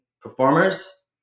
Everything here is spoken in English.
performers